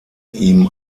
ihm